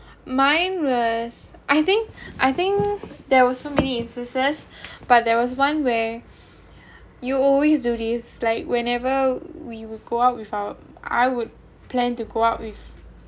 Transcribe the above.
mine was I think I think there was so many incidents but there was one where you always do this like whenever we were go out with our I would plan to go out with